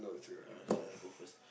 uh okay lah I go first